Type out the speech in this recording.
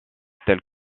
tel